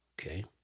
Okay